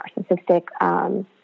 narcissistic